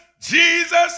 Jesus